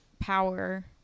power